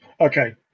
okay